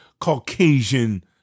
Caucasian